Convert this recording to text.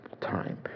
time